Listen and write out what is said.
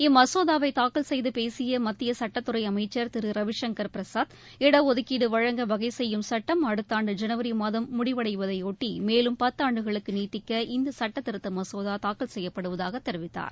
இம்மசோதாவை தாக்கல் செய்து பேசிய மத்திய சட்டத்துறை அமைச்சர் திரு ரவிசங்கர் பிரசாத் இடஒதுக்கீடு வழங்க வகை செய்யும் சட்டம் அடுக்த ஆண்டு ஜனவரி மாதம் முடிவடைவதையோட்டி மேலும் பத்தாண்டுகளுக்கு நீட்டிக்க இச்சட்டத் திருத்த மசோதா தாக்கல் செய்யப்படுவதாக தெரிவித்தார்